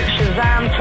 Shazam